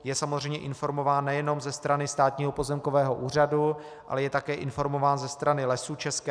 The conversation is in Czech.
Je samozřejmě informován nejen ze strany Státního pozemkového úřadu, ale je také informován ze strany Lesů ČR.